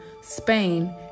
spain